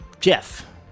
jeff